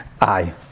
Aye